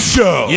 Show